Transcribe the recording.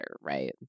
right